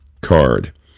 card